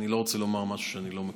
אני לא רוצה לומר משהו שאני לא מכיר.